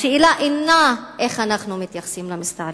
השאלה אינה איך אנחנו מתייחסים למסתערבים.